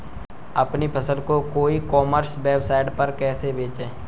अपनी फसल को ई कॉमर्स वेबसाइट पर कैसे बेचें?